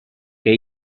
que